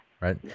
Right